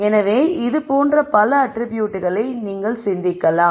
எனவே இது போன்ற பல அட்ரிபியூட்களை நீங்கள் சிந்திக்கலாம்